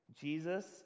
Jesus